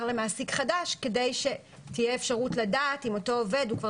למעסיק חדש כדי שתהיה אפשרות לדעת אם אותו עובד כבר